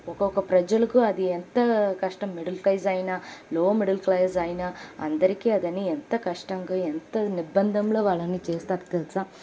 ఒక్కొక్క ప్రజలకు అది ఎంత కష్టం మిడిల్ క్లాసు అయినా లో మిడిల్ క్లాసు అయినా అందరికీ అదని ఎంత కష్టంగా ఎంత నిర్బంధంలో వాళ్ళని చేస్తారు తెలుసా